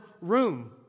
room